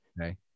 Okay